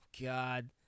god